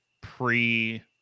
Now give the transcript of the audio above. pre